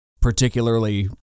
particularly